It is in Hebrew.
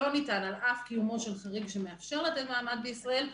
על אף קיומו של חריג שמאפשר לתת מעמד בישראל,